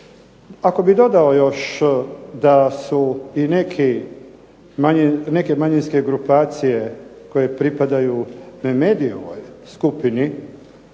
Ako bih dodao još da su i neke manjinske grupacije koje pripadaju Memedijevoj skupini,